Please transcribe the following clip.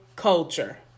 culture